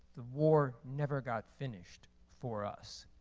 the war never got finished for us.